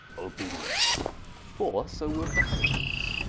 obedience for so worke the hony bees,